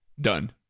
Done